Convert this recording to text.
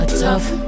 tough